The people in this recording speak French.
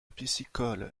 piscicole